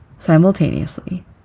simultaneously